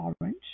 orange